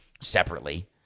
separately